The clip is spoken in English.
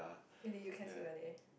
really you